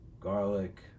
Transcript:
Garlic